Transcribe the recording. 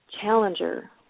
challenger